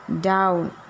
down